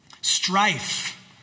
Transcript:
Strife